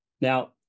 Now